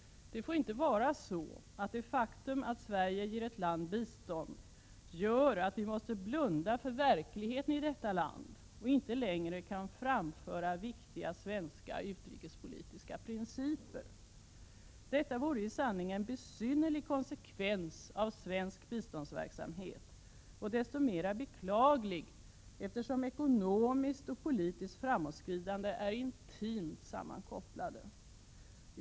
Det får inte vara så att det faktum att Sverige ger ett land bistånd gör att vi måste blunda för verkligheten i detta land och inte längre kan framföra viktiga svenska utrikespolitiska principer. Detta vore i sanning en besynnerlig konsekvens av svensk biståndsverksamhet, och desto mera beklaglig, eftersom ekonomiskt och politiskt framåtskridande är intimt sammankopplade.